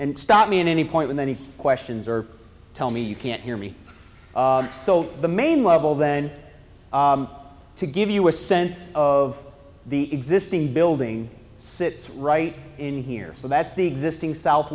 and stop me at any point in any questions or tell me you can't hear me so the main level then to give you a sense of the existing building sits right in here so that's the existing south